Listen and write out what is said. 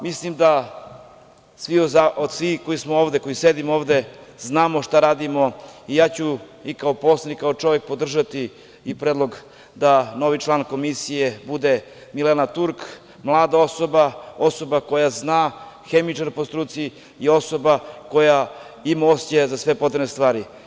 Mislim da od svih koji sedimo ovde znamo šta radimo i ja ću kao i poslanik i kao čovek podržati predlog da novi član Komisije bude Milena Turk, mlada osoba, osoba koja zna, hemičar po struci i osoba koja ima osećaja za sve potrebne stvari.